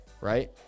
right